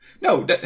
No